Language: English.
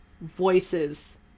voices –